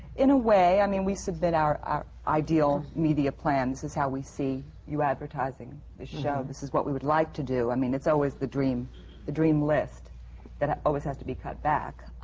in a way. i mean, we submit our our ideal media plan, this is how we see you advertising this show. this is what we would like to do. do. i mean, it's always the dream the dream list that ah always has to be cut back,